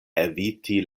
eviti